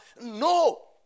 No